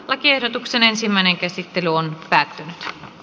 lakiehdotuksen ensimmäinen käsittely päättyi